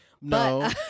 No